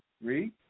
Read